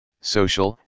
social